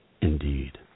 Indeed